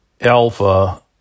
alpha